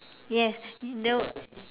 yes no